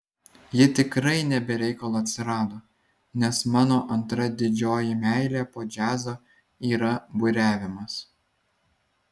ji tikrai ne be reikalo atsirado nes mano antra didžioji meilė po džiazo yra buriavimas